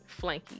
flanky